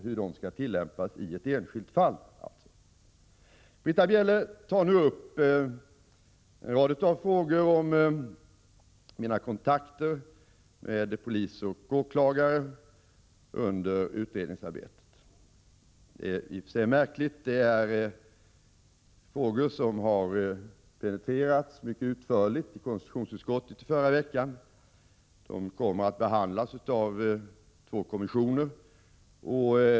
Britta Bjelle tar nu upp en rad frågor om mina kontakter med poliser och åklagare under utredningsarbetet. Det är i och för sig märkligt, eftersom dessa frågor har penetrerats mycket ingående i konstitutionsutskottet förra veckan och eftersom de kommer att behandlas av två kommissioner.